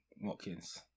Watkins